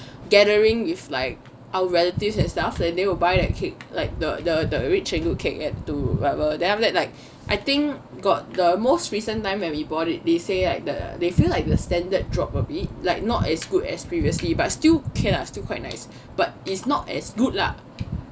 gathering with like our relatives and stuff then they'll buy that cake like the the the rich and good cake it to whatever then after that like I think got the most recent time when we bought it they say like the they feel like a standard drop a bit like not as good as previously but still okay lah still quite nice but is not as good lah